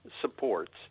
supports